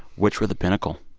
which were the pinnacle?